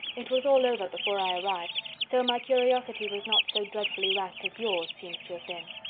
it was all over before i arrived so my curiosity was not so dreadfully racked as yours seems to have been.